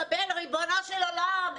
ריבונו של עולם.